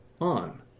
on